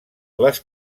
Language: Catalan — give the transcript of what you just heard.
les